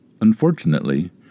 Unfortunately